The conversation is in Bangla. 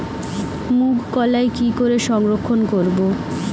মুঘ কলাই কি করে সংরক্ষণ করব?